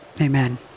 Amen